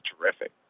terrific